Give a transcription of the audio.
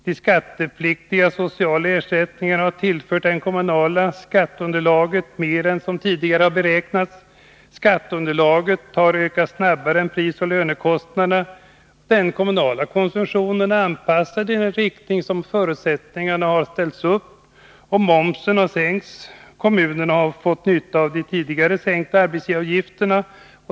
De skattepliktiga sociala ersättningarna har tillfört det kommunala skatteunderlaget mer än vad som tidigare beräknats. Skatteunderlaget har ökat snabbare än prisoch lönekostnaderna. Den kommunala konsumtionen har anpassats i riktning mot de förutsättningar som har ställts upp. Momsen har sänkts. Kommun erna har fått nytta av de tidigare sänkta arbetsgivaravgifterna.